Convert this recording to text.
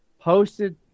posted